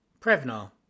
Prevnar